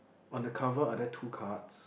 on the cover are there two cards